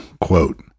quote